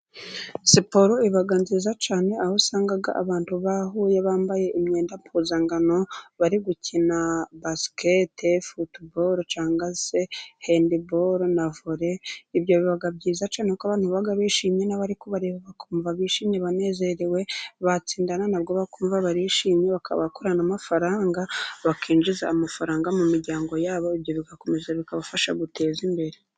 Siporo iba nziza cyane aho usanga abantu bahuye bambaye imyenda mpuzangano bari gukina basikete, futuboru cyangwa se handiboru na vore ibyo biba byiza cyane ni uko abantu baba bishimye, n'abari kubareba bakumva bishimye banezerewe, batsindana ntabwo bakumva barishimye, bakabakorana amafaranga bakinjiza amafaranga mu miryango yabo, ibyo bigakomeza bikabafasha guteza imbere.